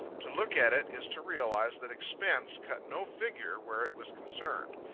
to look at it is to realize that expense cut no figure where it was concerned.